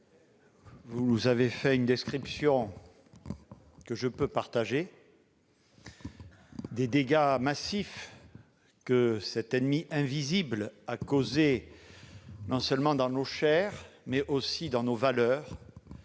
vous avez fait une description, que je peux partager, des dégâts massifs que cet ennemi invisible a causés non seulement dans nos chairs, mais aussi dans nos valeurs.